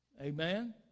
Amen